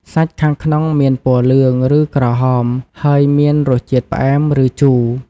សាច់ខាងក្នុងមានពណ៌លឿង ឬក្រហម ហើយមានរសជាតិផ្អែម ឬជូរ។